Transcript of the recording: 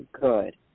good